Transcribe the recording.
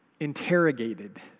interrogated